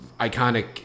iconic